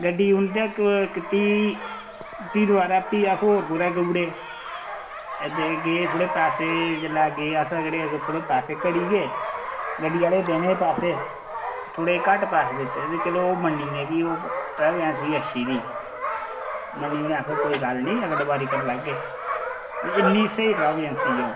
गड्डी उंदै कीती फ्ही अस फ्ही होर कुतै गऊ उड़े ते गे थोह्ड़े पैसे जेल्लै गे अस थोह्ड़े पैसे घटी गे गड्डी आह्ले गी देने हे पैसे थोह्ड़े घट्ट पैसे दित्ते ते चलो ओह् मन्नी गेआ कि ट्रैवल एजेंसी अच्छी थी मन्नी उनें आखेआ कोई गल्ल नी अगली बारी करी लैगे ते इन्नी स्हेई ट्रैवल एजेंसी ऐ ओह्